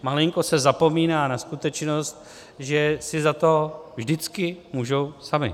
Malinko se zapomíná na skutečnost, že si za to vždycky můžou sami.